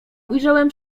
ujrzałem